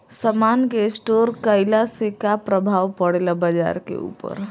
समान के स्टोर काइला से का प्रभाव परे ला बाजार के ऊपर?